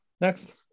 Next